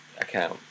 account